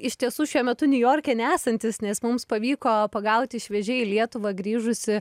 iš tiesų šiuo metu niujorke nesantis nes mums pavyko pagauti šviežiai į lietuvą grįžusį